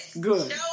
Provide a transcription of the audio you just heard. good